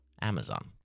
Amazon